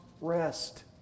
rest